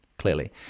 clearly